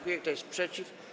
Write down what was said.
Kto jest przeciw?